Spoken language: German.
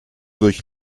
durch